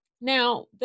Now